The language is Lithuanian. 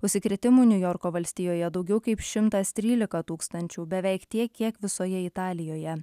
užsikrėtimų niujorko valstijoje daugiau kaip šimtas trylika tūkstančių beveik tiek kiek visoje italijoje